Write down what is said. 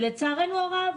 ולצערנו הרב,